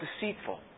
deceitful